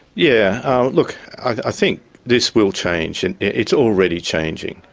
yeah look, i think this will change and it's already changing.